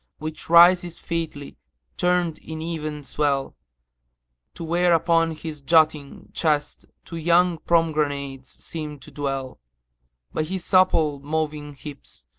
which rises featly turned in even swell to where upon his jutting chest two young pomegranates seem to dwell by his supple moving hips,